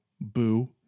boo